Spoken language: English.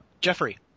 jeffrey